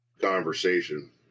conversation